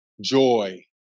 joy